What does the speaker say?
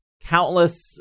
countless